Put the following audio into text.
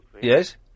Yes